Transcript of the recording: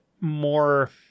more